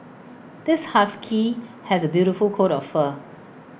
this husky has A beautiful coat of fur